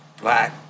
black